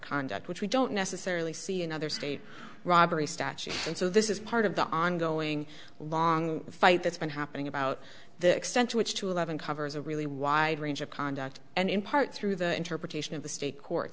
conduct which we don't necessarily see another state robbery statute and so this is part of the ongoing long fight that's been happening about the extent to which two eleven covers a really wide range of conduct and in part through the interpretation of the state court